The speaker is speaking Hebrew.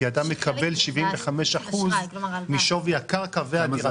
כי אתה מקבל 75% משווי הקרקע והדירה,